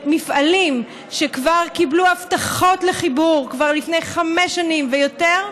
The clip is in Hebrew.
מפעלים שכבר קיבלו הבטחות לחיבור לפני חמש שנים ויותר,